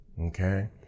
okay